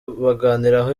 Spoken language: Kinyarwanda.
baganiraho